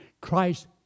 Christ